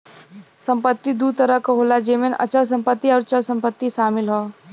संपत्ति दू तरह क होला जेमन अचल संपत्ति आउर चल संपत्ति शामिल हौ